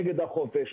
נגד החופש,